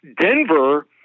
Denver